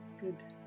good